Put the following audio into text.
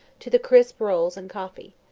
to the crisp rolls and coffee.